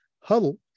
Huddle